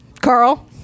Carl